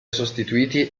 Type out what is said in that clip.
sostituiti